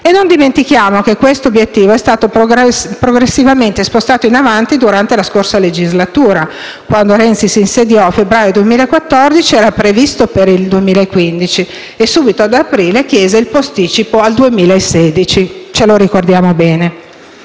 E non dimentichiamo che questo obiettivo è stato progressivamente spostato in avanti durante la scorsa legislatura: quando Renzi si insediò, a febbraio 2014, era previsto per il 2015 e subito ad aprile chiese il posticipo al 2016. Ce lo ricordiamo bene.